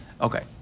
Okay